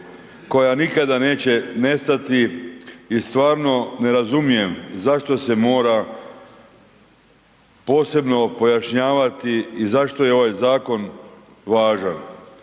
koja nikada neće nestati. I stvarno ne razumijem zašto se mora posebno pojašnjavati i zašto je ovaj zakon važan.